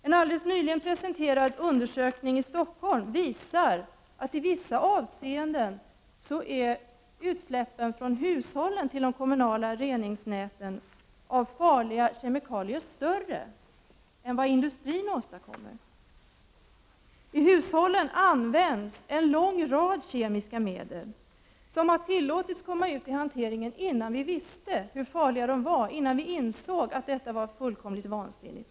En i Stockholm nyligen presenterad undersökning visar att utsläppen av farliga kemikalier från hushållen till de kommunala reningsnäten i vissa fall är större än industrins utsläpp. I hushållen används en lång rad kemiska medel som har tillåtits komma ut i hanteringen innan någon visste hur farliga de var och insåg att detta var fullkomligt vansinnigt.